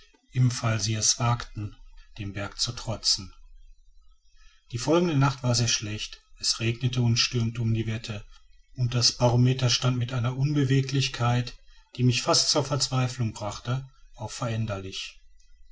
im fall sie es wagten dem berge zu trotzen die folgende nacht war sehr schlecht es regnete und stürmte um die wette und das barometer stand mit einer unbeweglichkeit die mich fast zur verzweiflung brachte auf veränderlich